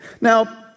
Now